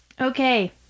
Okay